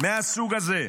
מהסוג הזה: